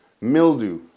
mildew